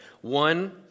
One